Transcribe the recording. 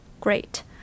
Great